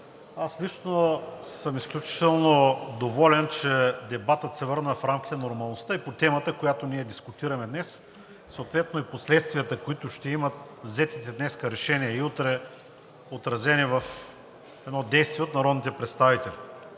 Аз лично съм изключително доволен, че дебатът се върна в рамките на нормалността. Темата, която ние дискутираме днес, и съответно последствията, които ще имат взетите днес решения, а утре, отразени в едно действие от народните представители.